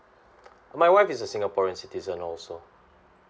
my wife is a singaporean citizen also